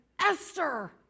Esther